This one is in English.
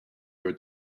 your